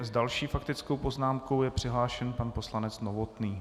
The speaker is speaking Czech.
S další faktickou poznámkou je přihlášen pan poslanec Novotný.